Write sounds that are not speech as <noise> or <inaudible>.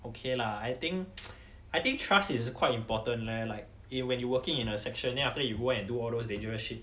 okay lah I think <noise> I think trust is quite important leh like it when you working in a section then after that you go and do all those dangerous shit